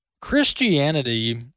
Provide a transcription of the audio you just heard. Christianity